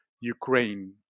ukraine